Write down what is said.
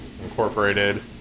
incorporated